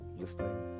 listening